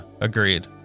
Agreed